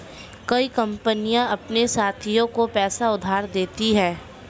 कई कंपनियां अपने साथियों को पैसा उधार देती हैं